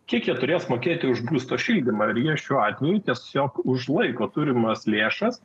kiek jie turės mokėti už būsto šildymą ir jie šiuo atveju tiesiog užlaiko turimas lėšas